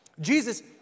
Jesus